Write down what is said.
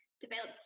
developed